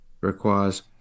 requires